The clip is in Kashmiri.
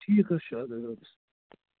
ٹھیٖک حظ چھُ اَدٕ حظ اَدٕ حظ